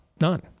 none